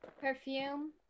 Perfume